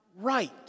right